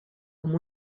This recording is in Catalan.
amb